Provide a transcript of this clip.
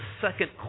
second